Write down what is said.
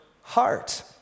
heart